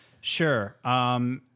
Sure